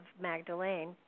Magdalene